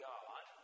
God